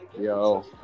Yo